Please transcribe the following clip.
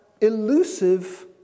elusive